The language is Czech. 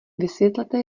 vysvětlete